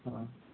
हँ